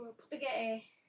spaghetti